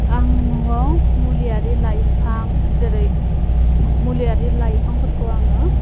आं न'आव मुलियारि लाइफां जेरै मुलियारि लाइफांफोरखौ आङो